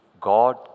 God